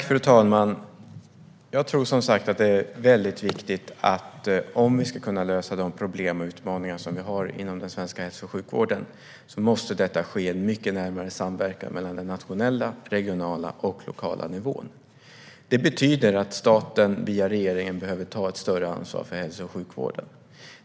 Fru talman! Jag tror, som sagt, att det är väldigt viktigt att om vi ska kunna lösa de problem och utmaningar som vi har inom den svenska hälso och sjukvården måste detta ske i mycket närmare samverkan mellan den nationella, den regionala och den lokala nivån. Det betyder att staten via regeringen behöver ta ett större ansvar för hälso och sjukvården.